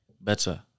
better